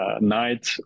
night